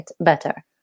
better